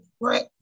right